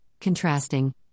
contrasting